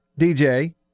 DJ